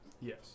Yes